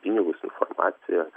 pinigus informaciją